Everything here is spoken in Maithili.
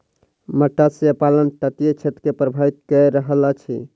मत्स्य पालन तटीय क्षेत्र के प्रभावित कय रहल अछि